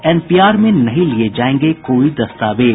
NPR में नहीं लिये जायेंगे कोई दस्तावेज